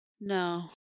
No